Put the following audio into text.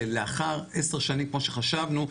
שלאחר עשר שנים כמו שחשבנו,